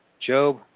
Job